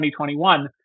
2021